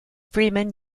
freeman